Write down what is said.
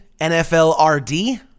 NFLRD